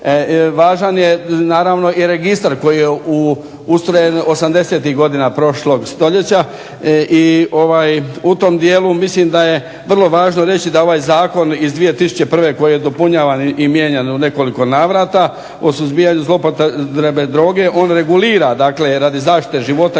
Važan je naravno i registar koji je ustrojen osamdesetih godina prošlog stoljeća. I u tom dijelu mislim da je vrlo važno reći da ovaj Zakon iz 2001. koji je dopunjavan i mijenjan u nekoliko navrata o suzbijanju zloupotrebe droge. On regulira, dakle radi zaštite života